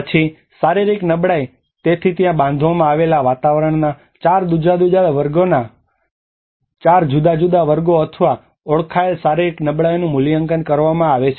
પછી શારીરિક નબળાઈ તેથી ત્યાં બાંધવામાં આવેલા વાતાવરણના 4 જુદા જુદા વર્ગો અથવા ઓળખાયેલ શારીરિક નબળાઈઓનું મૂલ્યાંકન કરવા માટે છે